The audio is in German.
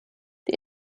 die